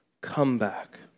comeback